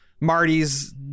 Marty's